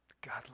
God